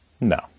No